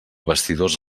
vestidors